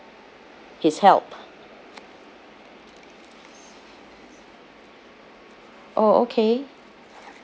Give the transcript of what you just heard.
his help orh okay